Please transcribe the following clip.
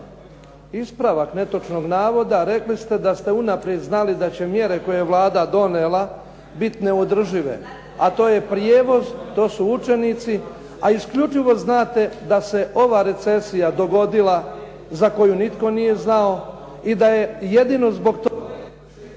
Ispravak netočnog navoda, rekli ste da ste unaprijed znali da će mjere koje je Vlada donijela biti neodržive, a to je prijevoz, to su učenici, a isključivo znate da se ova recesija dogodila za koju nitko nije znao i da je jedino zbog